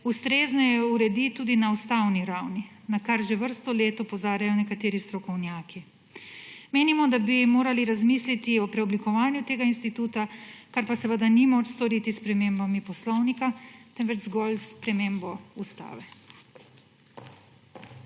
ustrezneje uredi tudi na ustavni ravni, na kar že vrsto let opozarjajo nekateri strokovnjaki. Menimo, da bi morali razmisliti o preoblikovanju tega instituta, kar pa seveda ni moč storiti s spremembami Poslovnika, temveč zgolj s spremembo Ustave.